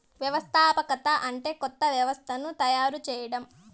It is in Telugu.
వ్యవస్థాపకత అంటే కొత్త వ్యవస్థను తయారు చేయడం